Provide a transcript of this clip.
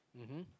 mmhmm